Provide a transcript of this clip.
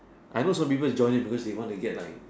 I know some people is joining because they want to get like it